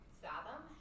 fathom